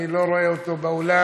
אני לא רואה אותו באולם,